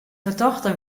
fertochte